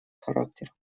характер